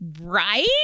right